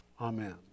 Amen